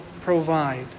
provide